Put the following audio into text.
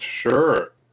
Sure